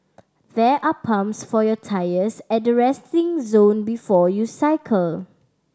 there are pumps for your tyres at the resting zone before you cycle